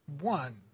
one